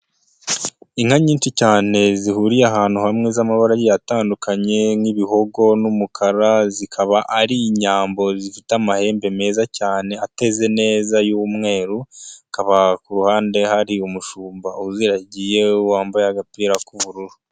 Inka nyinshi cyane zihuriye ahantu hamwe z'amabara atandukanye nk'ibihogo n'umukara zikaba ari nyambo zifite amahembe meza cyane ateze neza y'umweru, hakaba ku ruhande hari umushumba uziragiye wambaye agapira k'ubururu.